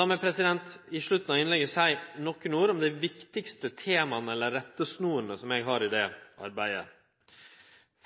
La meg i slutten av innlegget seie nokre ord om dei viktigaste temaa eller rettesnorene eg har i det arbeidet: